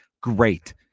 great